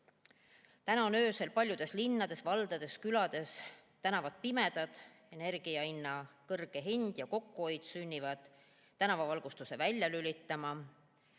Öösel on paljudes linnades, valdades ja külades tänavad pimedad, sest energia kõrge hind ja kokkuhoid sunnivad tänavavalgustust välja lülitama.